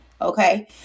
okay